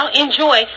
enjoy